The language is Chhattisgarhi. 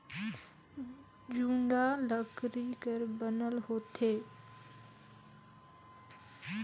जुड़ा लकरी कर बनल होथे